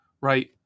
right